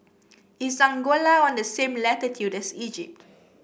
is Angola on the same latitude as Egypt